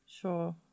Sure